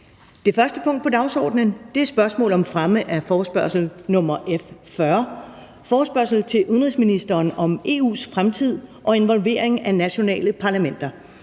Det første punkt på dagsordenen er: 1) Spørgsmål om fremme af forespørgsel nr. F 40: Forespørgsel til udenrigsministeren om EU’s fremtid og involvering af nationale parlamenter.